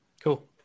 Cool